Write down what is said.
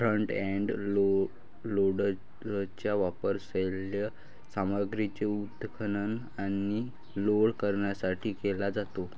front end लोडरचा वापर सैल सामग्रीचे उत्खनन आणि लोड करण्यासाठी केला जातो